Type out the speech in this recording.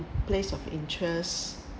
place of interest